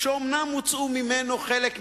שאומנם הוצאו ממנו חלק מהעזים,